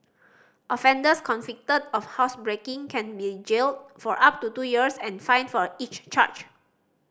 offenders convicted of housebreaking can be jailed for up to two years and fined for each charge